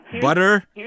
Butter